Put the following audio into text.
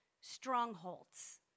strongholds